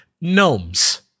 Gnomes